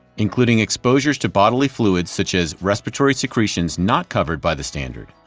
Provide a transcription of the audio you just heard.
including exposures to bodily fluids such as respiratory secretions not covered by the standard.